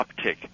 uptick